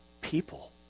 people